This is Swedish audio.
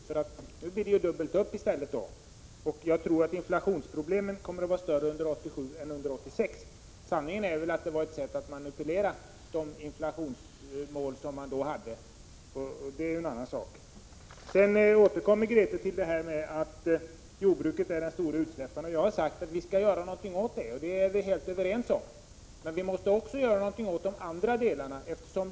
Herr talman! Grethe Lundblad sade att staten gick in med pengar i höstas därför att man var rädd för inflationen, och inflationen är farlig. Är inte inflationen farlig under 1987, för nu blir det ju dubbelt upp i stället? Jag tror att inflationsproblemen kommer att vara större under 1987 än under 1986. Sanningen är väl att det var ett sätt att manipulera siffrorna med tanke på det inflationsmål man hade, och det är en annan sak. Sedan återkom Grethe Lundblad till att jordbruket förorsakar de stora utsläppen. Jag har sagt att vi skall göra någonting åt det, och det är vi helt överens om. Men vi måste också göra någonting åt de andra föroreningskällorna.